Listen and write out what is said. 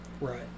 Right